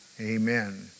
Amen